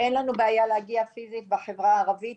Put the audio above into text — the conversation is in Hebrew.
גם אין לנו בעיה להגיע פיזית לחברה הערבית